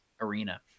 arena